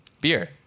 beer